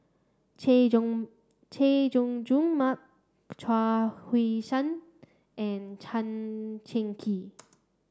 Chay Jung Chay Jung Jun Mark Chuang Hui Tsuan and Tan Cheng Kee